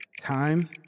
Time